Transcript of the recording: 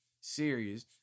Serious